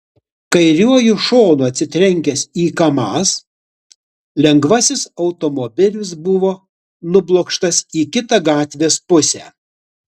kairiuoju šonu atsitrenkęs į kamaz lengvasis automobilis buvo nublokštas į kitą gatvės pusę